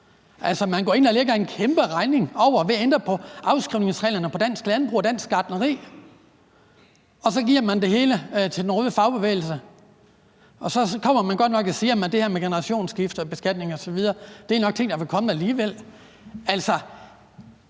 Man går ind og lægger en kæmperegning på og vil ændre på afskrivningsreglerne for dansk landbrug og dansk gartneri, og så giver man det hele til den røde fagbevægelse. Så kommer man godt nok og siger, at det her med generationsskifte, beskatning osv. er ting, der nok ville komme alligevel.